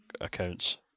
accounts